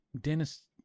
Dennis